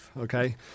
okay